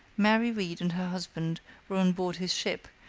mary reed and her husband were on board his ship,